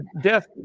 death